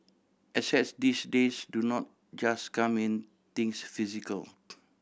assets these days do not just come in things physical